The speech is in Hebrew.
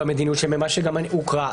והמדיניות שלהם גם הוקראה.